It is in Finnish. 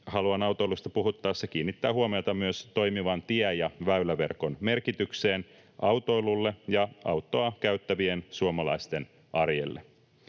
haluan autoilusta puhuttaessa kiinnittää huomiota myös toimivan tie‑ ja väyläverkon merkitykseen autoilulle ja autoa käyttävien suomalaisten arjelle.